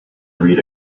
read